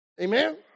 Amen